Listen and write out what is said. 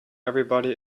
everybody